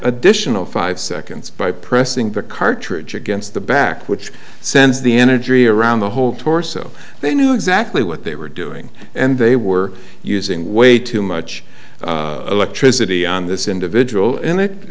additional five seconds by pressing the cartridge against the back which sends the energy around the whole torso they knew exactly what they were doing and they were using way too much electricity on this individual and it